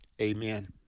Amen